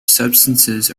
substances